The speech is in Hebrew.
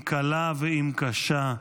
אם קלה ואם קשה,